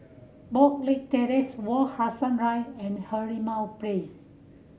Boon Leat Terrace Wak Hassan and Merlimau Place